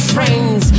Friends